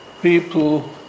people